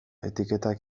etiketak